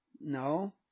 No